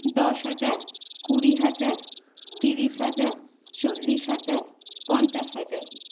দশ হাজার কুড়ি হাজার তিরিশ হাজার চল্লিশ হাজার পঞ্চাশ হাজার